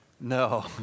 No